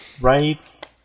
Right